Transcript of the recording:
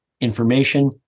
information